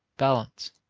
balance,